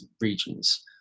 regions